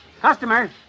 Customer